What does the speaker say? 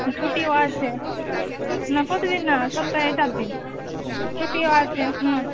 ছুটিও আছে না প্রতি দিন না সপ্তাহে চার দিন ছুটিও আছে হুম